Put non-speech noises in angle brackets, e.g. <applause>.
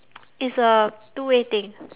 <noise> it's a two way thing